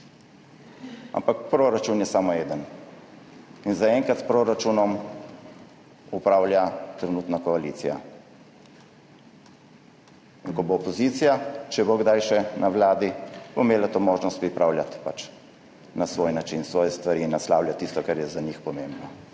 Ampak proračun je samo eden. In zaenkrat s proračunom upravlja trenutna koalicija. In ko bo opozicija, če bo kdaj še na vladi, bo imela to možnost pripravljati na svoj način svoje stvari in naslavljati tisto, kar je za njih pomembno.